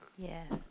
Yes